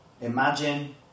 imagine